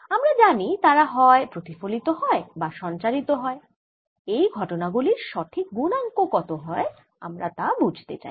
আমরা জানি তারা হয় প্রতিফলিত হয় বা সঞ্চারিত হয় এই ঘটনা গুলির সঠিক গুণাঙ্ক কত হয় আমরা তা বুঝতে চাই